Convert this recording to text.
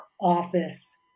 office